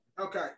Okay